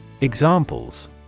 examples